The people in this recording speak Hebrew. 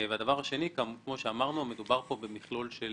הדבר השני, כמו שאמרנו, מדובר פה במכלול של